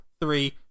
three